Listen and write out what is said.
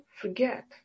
forget